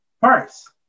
First